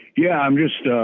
yeah, i'm just